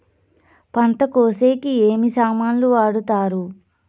పంట కోసేకి ఏమి సామాన్లు వాడుతారు?